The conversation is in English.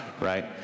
right